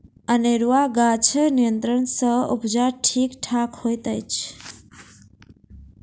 अनेरूआ गाछक नियंत्रण सँ उपजा ठीक ठाक होइत अछि